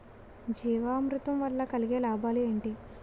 జీవామృతం వల్ల కలిగే లాభాలు ఏంటి?